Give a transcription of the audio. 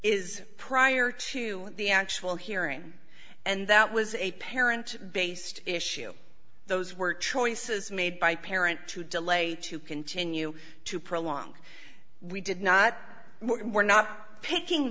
is prior to the actual hearing and that was a parent based issue those were choices made by parent to delay to continue to prolong we did not work and we're not picking